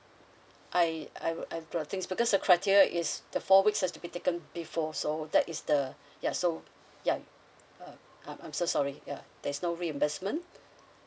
I I'll I'm doubting because the criteria is the four weeks has to be taken before so that is the ya so yeah uh I'm I'm so sorry yeah there's no reimbursement